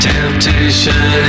Temptation